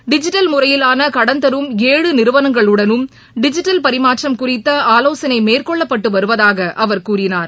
digital முறையிலான கடன் தரும் ஏழு நிறுவனங்களுடனும் டிஜிட்டல் பரிமாற்றம் குறித்த ஆலோசனை மேற்கொள்ளப்பட்டு வருவதாக அவர் கூறினார்